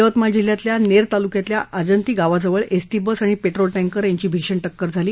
यवतमाळ जिल्ह्यातल्या ना तालुक्यामधल्या आजंती गावाजवळ एसटी बस आणि पट्टील टँकर यांची भीषण टक्कर झाली